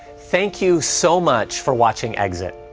thank you so much for watching exit.